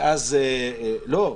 לא.